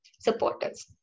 supporters